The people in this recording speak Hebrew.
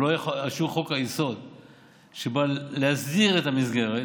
ולא יהיה אישור של חוק-היסוד שבא להסדיר את המסגרת,